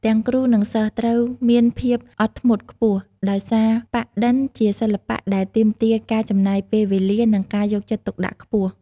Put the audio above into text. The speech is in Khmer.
ទាំងគ្រូ និងសិស្សត្រូវមានភាពអត់ធ្មត់ខ្ពស់ ដោយសារប៉ាក់-ឌិន ជាសិល្បៈដែលទាមទារការចំណាយពេលវេលា និងការយកចិត្តទុកដាក់ខ្ពស់។